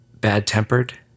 bad-tempered